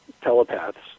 telepaths